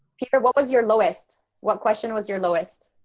peter, what was your lowest? what question was your lowest?